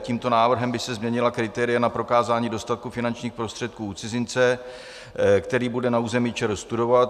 Tímto návrhem by se změnila kritéria na prokázání dostatku finančních prostředků cizince, který bude na území ČR studovat.